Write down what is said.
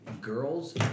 girls